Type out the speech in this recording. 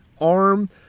arm